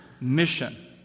mission